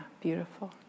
beautiful